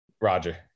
Roger